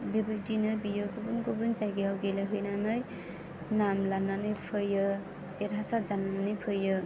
बेबायदिनो बियो गुबुन गुबुन जायगायाव गेलेहैनानै नाम लानानै फैयो देरहासार जानानै फैयो